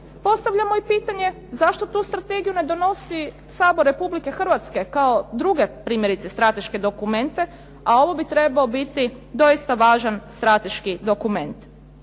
Postavljamo i pitanje zašto tu strategiju ne donosi Sabor Republike Hrvatske, kao druge primjerice strateške dokumente, a ovo bi trebao biti doista važan strateški dokument.